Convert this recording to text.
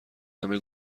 همه